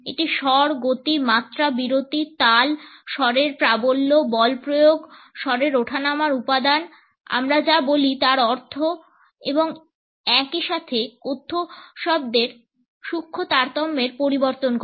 এটি স্বর গতি মাত্রা বিরতি তাল স্বরের প্রাবল্য বলপ্রয়োগ স্বরের ওঠানামার উপাদান আমরা যা বলি তার অর্থ এবং একই সাথে কথ্য শব্দের সূক্ষ্ম তারতম্যের পরিবর্তন করে